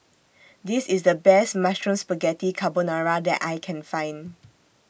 This IS The Best Mushroom Spaghetti Carbonara that I Can Find